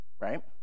right